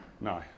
No